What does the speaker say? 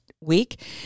week